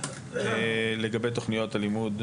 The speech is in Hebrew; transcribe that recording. לגבי תוכניות הלימוד,